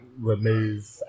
remove